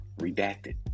redacted